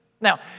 Now